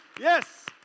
Yes